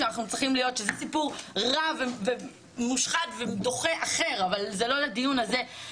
זה סיפור רע ומושחת ודוחה אחר, אבל זה לדיון הזה.